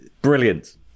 brilliant